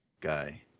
guy